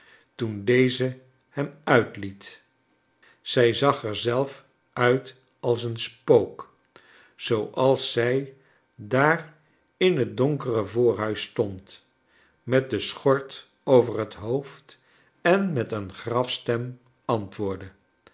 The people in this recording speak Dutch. toen deze hem uitliet zij zag er zelf uit als een spook zools zij daar in het donkere voorliuis stond met de schort over het hoofd en met een grafsteni antwoordde